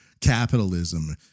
capitalism